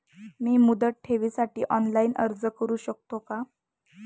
मी मुदत ठेवीसाठी ऑनलाइन अर्ज करू शकतो का?